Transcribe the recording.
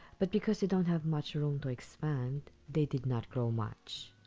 but because they don't have much room to expand, they did not grow much.